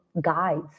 guides